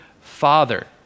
father